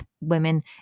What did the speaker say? women